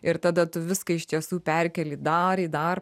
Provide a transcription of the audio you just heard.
ir tada tu viską iš tiesų perkėli dar į dar